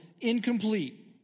incomplete